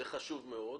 זה חשוב מאוד,